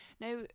Now